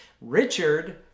Richard